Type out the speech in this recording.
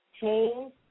change